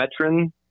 veteran